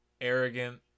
arrogant